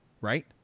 right